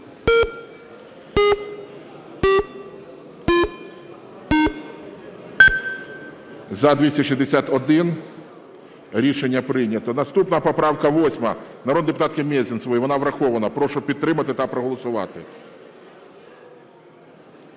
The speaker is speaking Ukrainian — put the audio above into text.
За-261 Рішення прийнято. Наступна поправка 8 народної депутатки Мезенцевої. Вона врахована. Прошу підтримати та проголосувати.